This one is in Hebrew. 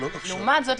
לעומת זאת,